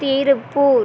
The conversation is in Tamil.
திருப்பூர்